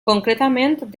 concretament